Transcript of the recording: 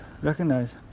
recognize